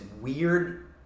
weird